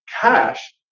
cash